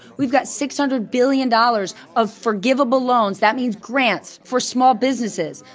we've got six hundred billion dollars of forgivable loans, that means grants, for small businesses.